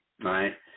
right